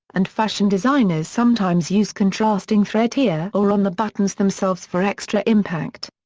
and fashion designers sometimes use contrasting thread here or on the buttons themselves for extra impact.